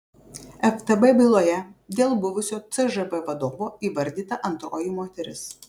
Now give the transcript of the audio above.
ftb byloje dėl buvusio cžv vadovo įvardyta antroji moteris